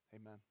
Amen